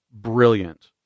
brilliant